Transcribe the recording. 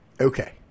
Okay